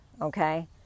okay